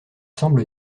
semble